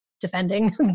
defending